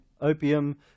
opium